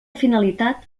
finalitat